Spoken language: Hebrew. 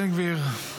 בן גביר,